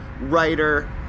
writer